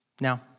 now